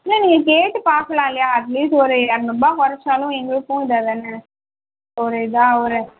இல்லை நீங்கள் கேட்டு பார்க்கலாம் இல்லையா அட்லீஸ்ட் ஒரு இரநூறுருபா குறைச்சாலும் எங்களுக்கும் இதாக தானே ஒரு இதாக ஒரு